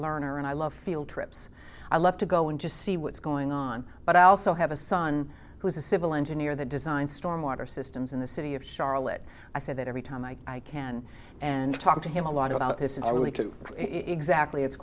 learner and i love field trips i love to go and just see what's going on but i also have a son who's a civil engineer the design stormwater systems in the city of charlotte i say that every time i can and talk to him a lot about this is a really good exactly it's